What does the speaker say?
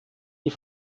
die